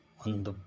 ಒಂದು